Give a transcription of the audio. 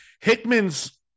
Hickman's